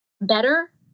better